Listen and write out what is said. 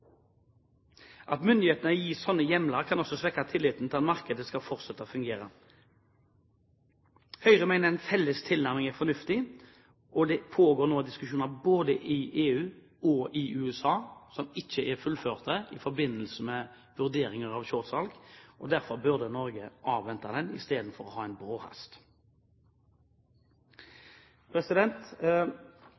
At myndighetene gis slike hjemler, kan også svekke tilliten til at markedet skal fortsette å fungere. Høyre mener en felles tilnærming er fornuftig. Det pågår nå diskusjoner både i EU og i USA som ikke er fullført, i forbindelse med vurderinger av shortsalg. Derfor burde Norge avvente dette istedenfor å ha bråhast. Jeg vil gi ros til saksordføreren og komitélederen for en